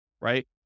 right